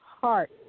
heart